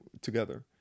together